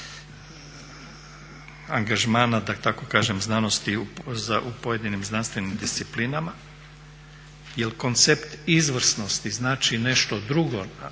tako kažem znanosti u pojedinim znanstvenim disciplinama jer koncept izvrsnosti znači nešto drugo,